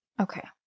Okay